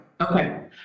Okay